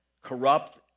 corrupt